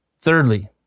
Thirdly